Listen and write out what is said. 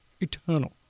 eternal